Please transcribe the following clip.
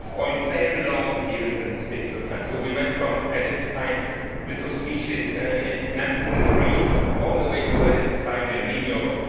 or in very long periods in space of time. so we went from identifying little species inhabiting the reef, all the way to identifying el nino,